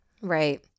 Right